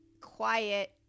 Quiet